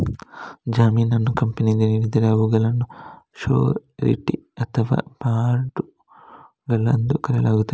ಜಾಮೀನನ್ನು ಕಂಪನಿಯಿಂದ ನೀಡಿದರೆ ಅವುಗಳನ್ನು ಶ್ಯೂರಿಟಿ ಅಥವಾ ಬಾಂಡುಗಳು ಎಂದು ಕರೆಯಲಾಗುತ್ತದೆ